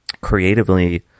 creatively